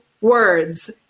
words